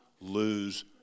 lose